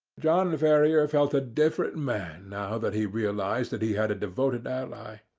john and ferrier felt a different man now that he realized that he had a devoted ally.